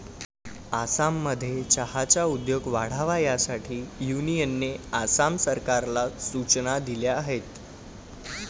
आसाममध्ये चहाचा उद्योग वाढावा यासाठी युनियनने आसाम सरकारला सूचना दिल्या आहेत